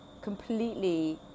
completely